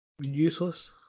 Useless